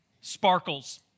sparkles